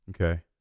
Okay